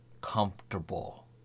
comfortable